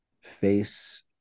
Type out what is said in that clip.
face